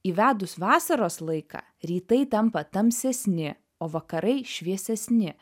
įvedus vasaros laiką rytai tampa tamsesni o vakarai šviesesni